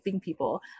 people